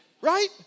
Right